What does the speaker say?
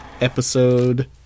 Episode